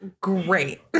great